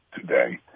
today